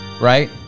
right